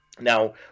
Now